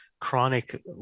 chronic